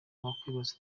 wakwibaza